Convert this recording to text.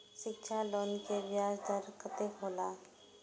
शिक्षा लोन के ब्याज दर कतेक हौला?